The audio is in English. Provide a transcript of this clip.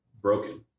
broken